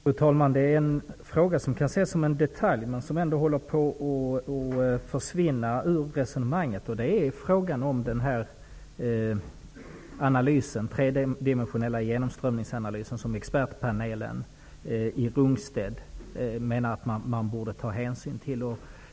Fru talman! Jag vill ta upp en fråga som kan ses som en detalj och som håller på att försvinna ur resonemanget. Det gäller den tredimensionella genomströmningsanalysen, som expertpanelen i Rungsted menar att man borde ta hänsyn till.